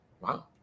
Wow